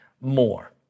more